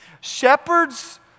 shepherds